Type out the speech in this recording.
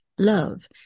love